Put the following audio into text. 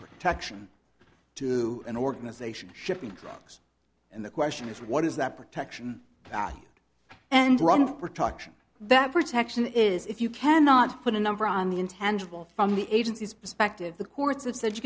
protection to an organization shipping trucks and the question is what is that protection and run protection that protection is if you cannot put a number on the intangible from the agency's perspective the courts have said you